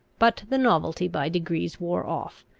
but the novelty by degrees wore off,